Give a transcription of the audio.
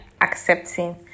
accepting